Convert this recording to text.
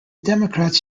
democrats